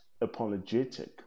apologetic